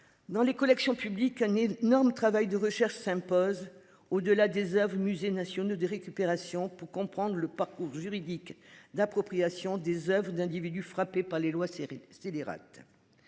Dans les collections publiques un énorme travail de recherche s'impose au delà des musées nationaux de récupération pour comprendre le parcours juridique d'appropriation des Oeuvres d'individus frappés par les lois série